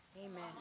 Amen